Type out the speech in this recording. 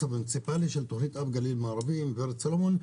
המוניציפלי של תכנית-אב גליל מערבי עם גברת סלומון.